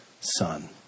son